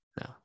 no